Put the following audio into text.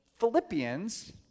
Philippians